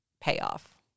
payoff